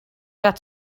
got